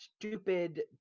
stupid